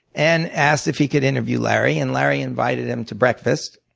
and asked if he could interview larry, and larry invited him to breakfast.